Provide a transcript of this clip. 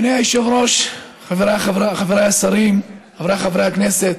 אדוני היושב-ראש, חבריי השרים, חבריי חברי הכנסת,